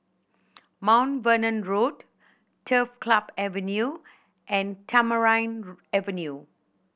Mount Vernon Road Turf Club Avenue and Tamarind Avenue